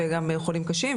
וגם חולים קשים,